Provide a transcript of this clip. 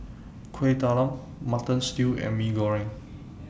Kueh Talam Mutton Stew and Mee Goreng